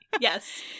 Yes